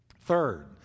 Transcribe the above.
Third